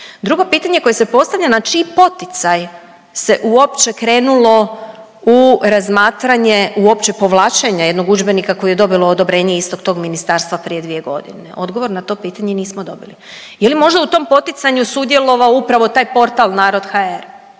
Drugo pitanje koje se postavlja na čiji poticaj se uopće krenulo u razmatranje, uopće povlačenje jednog udžbenika koji je dobilo odobrenje istog tog ministarstva prije dvije godine. Odgovor na to pitanje nismo dobili. Je li možda u tom poticanju sudjelovao upravo taj portal Narod.hr?